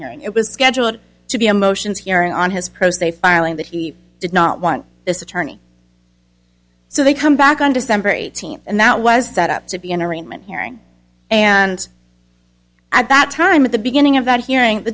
hearing it was scheduled to be a motions hearing on his prose they filing that he did not want this attorney so they come back on december eighteenth and that was set up to be an arraignment hearing and at that time at the beginning of that hearing the